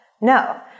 no